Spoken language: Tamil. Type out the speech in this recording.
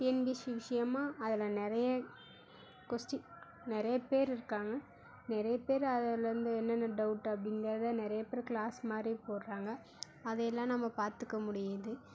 டிஎன்பிசி விஷயமாக அதில் நிறைய கொஸ்ட்டின் நிறைய பேர் இருக்காங்க நிறைய பேர் அதில் வந்து என்னென்ன டவுட் அப்படிங்கறத நிறைய பேர் கிளாஸ் மாதிரி போடறாங்க அதை எல்லாம் நம்ம பார்த்துக்க முடியுது